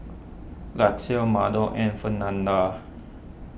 Lucious Maddox and Fernanda